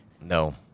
No